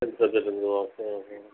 tenth சரி சரி ma'am